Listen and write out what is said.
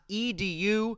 edu